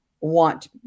want